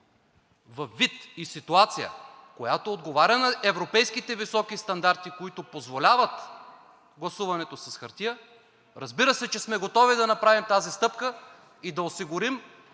във вид и ситуация, която отговаря на европейските високи стандарти, които позволяват гласуването с хартия, разбира се, че сме готови да направим тази стъпка и да осигурим